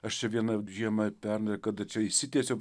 aš čia viena žiemą pernai kada čia išsitiesiau